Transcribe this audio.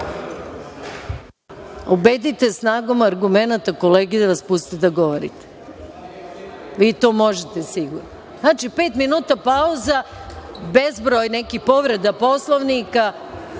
smisla. Ubedite snagom argumenata kolege da vas puste da govorite, vi to možete sigurno. Znači, pet minuta pauza. Bezbroj nekih povreda Poslovnika,